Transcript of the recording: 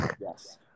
Yes